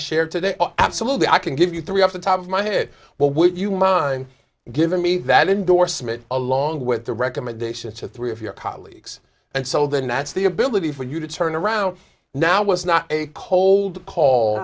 shared today absolutely i can give you three off the top of my head what would you mind giving me that endorsement along with a recommendation to three of your colleagues and so the nats the ability for you to turn around now was not a cold call